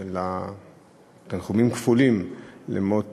תנחומים כפולים, על מות